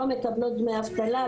לא מקבלות דמי אבטלה,